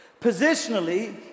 Positionally